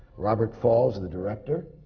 robert falls, the director.